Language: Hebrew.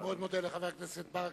אני מאוד מודה לחבר הכנסת ברכה,